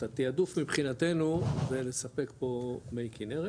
את התיעדוף מבחינתנו זה לספק פה מי כנרת,